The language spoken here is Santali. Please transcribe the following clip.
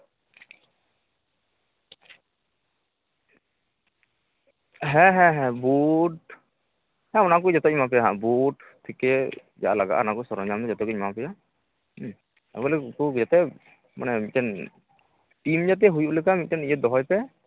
ᱦᱮᱸ ᱦᱮᱸ ᱦᱮᱸ ᱵᱩᱴ ᱦᱮᱸ ᱚᱱᱟᱠᱚ ᱡᱚᱛᱚᱧ ᱮᱢᱟᱯᱮᱭᱟ ᱦᱟᱸᱜ ᱵᱩᱴ ᱠᱮᱥ ᱡᱟ ᱞᱟᱜᱟᱜᱼᱟ ᱚᱱᱟᱠᱚ ᱥᱚᱨᱚᱧᱡᱟᱢ ᱡᱚᱛᱚᱜᱤᱧ ᱮᱢᱟᱯᱮᱭᱟ ᱟᱵᱮᱱ ᱵᱮᱱ ᱠᱩᱲᱟᱹᱣ ᱜᱮᱭᱟ ᱛᱚ ᱢᱟᱱᱮ ᱢᱤᱫᱴᱮᱱ ᱴᱤᱢ ᱡᱟᱛᱮ ᱦᱩᱭᱩᱜ ᱞᱮᱠᱟ ᱢᱤᱫᱴᱮᱱ ᱤᱭᱟᱹ ᱫᱚᱦᱚᱭ ᱯᱮ